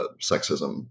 sexism